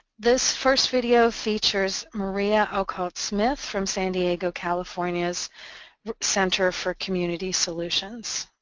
this first video features maria outcalt smith from san diego, california's center for community solutions.